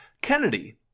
Kennedy